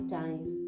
time